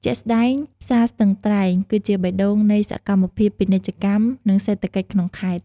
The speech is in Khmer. ជាក់ស្តែង ផ្សារស្ទឹងត្រែង គឺជាបេះដូងនៃសកម្មភាពពាណិជ្ជកម្ម និងសេដ្ឋកិច្ចក្នុងខេត្ត។